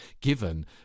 given